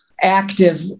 active